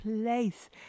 place